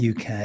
UK